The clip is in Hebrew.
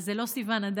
אז זה לא סיון עדיין.